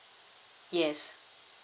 yes